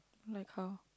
like how